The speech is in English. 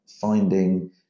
finding